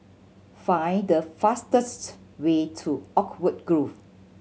find the fastest way to Oakwood Grove